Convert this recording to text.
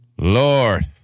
Lord